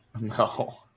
No